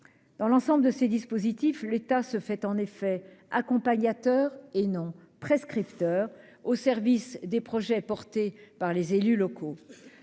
Dans l'ensemble de ces dispositifs, l'État se fait en effet accompagnateur et non prescripteur, au service des projets portés par les élus locaux,